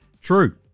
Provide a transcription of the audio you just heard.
True